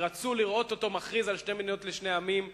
שרצו לראות אותו מכריז על שתי מדינות לשני עמים,